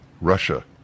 Russia